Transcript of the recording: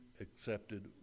accepted